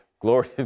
Glory